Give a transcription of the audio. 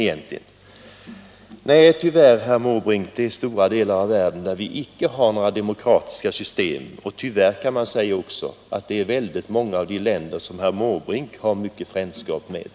Det är tyvärr så, herr Måbrink, att stora delar av världen inte har något demokratiskt samhällssystem. Tyvärr gäller det också många av de länder som herr Måbrink känner frändskap med.